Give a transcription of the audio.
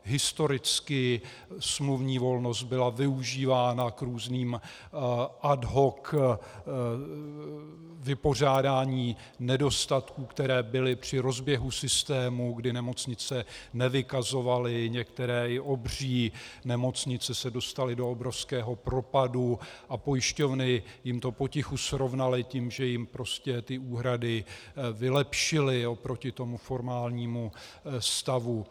Historicky smluvní volnost byla využívána k různým ad hoc vypořádáním nedostatkům, které byly při rozběhu systému, kdy nemocnice nevykazovaly některé i obří nemocnice se dostaly do obrovského propadu a pojišťovny jim to potichu srovnaly tím, že jim úhrady vylepšily oproti formálnímu stavu.